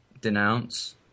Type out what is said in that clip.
denounce